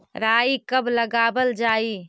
राई कब लगावल जाई?